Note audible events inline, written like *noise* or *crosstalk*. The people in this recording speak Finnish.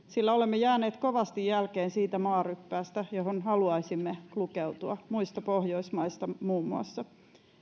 *unintelligible* sillä olemme jääneet kovasti jälkeen siitä maaryppäästä johon haluaisimme lukeutua muista pohjoismaista muun muassa